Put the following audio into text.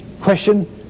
question